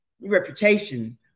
reputation